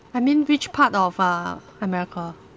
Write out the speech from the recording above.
I mean which part of uh america